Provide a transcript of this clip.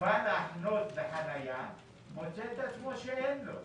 בא להחנות בחנייה, מוצא את עצמו שאין לו חניה.